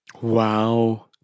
wow